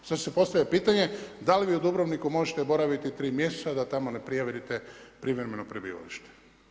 Sada se postavlja pitanje da li vi u Dubrovniku možete boraviti 3 mjeseca a da tamo ne prijavite privremeno prebivalište?